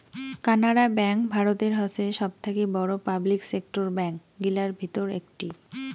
Canara bank ভারতের হসে সবথাকি বড়ো পাবলিক সেক্টর ব্যাঙ্ক গিলার ভিতর একটি